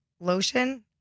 Lotion